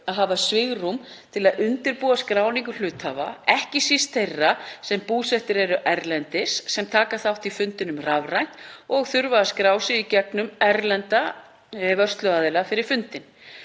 að hafa svigrúm til að undirbúa skráningu hluthafa, ekki síst þeirra sem búsettir eru erlendis, taka þátt í fundinum rafrænt og þurfa að skrá sig gegnum erlenda vörsluaðila fyrir fundinn.